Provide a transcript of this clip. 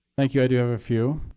thank you, i do have a few.